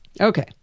Okay